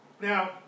Now